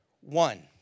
one